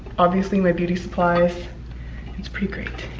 obviously my beauty supplies it's pretty great.